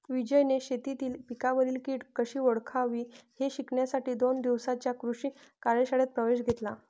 विजयने शेतीतील पिकांवरील कीड कशी ओळखावी हे शिकण्यासाठी दोन दिवसांच्या कृषी कार्यशाळेत प्रवेश घेतला